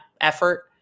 effort